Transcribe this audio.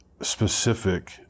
specific